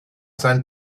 sein